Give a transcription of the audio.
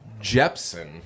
Jepsen